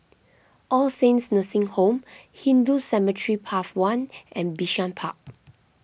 All Saints Nursing Home Hindu Cemetery Path one and Bishan Park